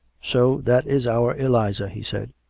so that is our eliza, he said.